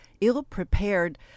ill-prepared